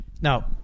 Now